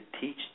teach